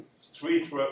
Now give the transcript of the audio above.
street